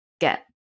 get